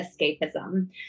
escapism